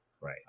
Right